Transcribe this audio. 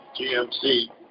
GMC